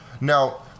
now